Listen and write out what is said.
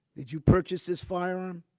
did you purchase this firearm?